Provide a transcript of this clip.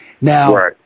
Now